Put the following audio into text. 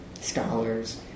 scholars